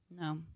No